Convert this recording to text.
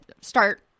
start